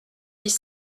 dix